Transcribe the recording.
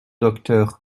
docteur